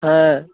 হ্যাঁ